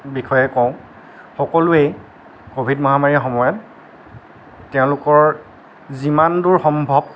বিষয়ে কওঁ সকলোৱেই কভিড মহামাৰীৰ সময়ত তেওঁলোকৰ যিমান দূৰ সম্ভৱ